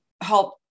help